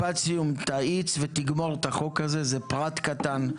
משפט סיום, תאיץ ותגמור את החוק הזה, זה פרט קטן.